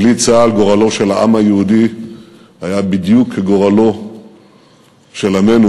בלי צה"ל גורלו של העם היהודי היה בדיוק כגורלו של עמנו